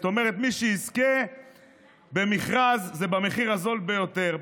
זאת אומרת, מי שיזכה במכרז, זה המחיר הזול ביותר.